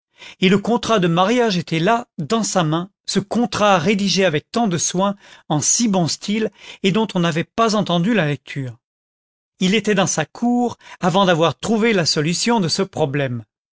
et le contrat de mariage était là dans sa main ce contrat rédigé avec tant de soin en si bon style et dont on n'avait pas entendu la lecture content from google book search generated at il était dans sa cour avant d'avoir trouvé la solution de ce problème